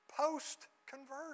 post-conversion